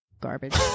garbage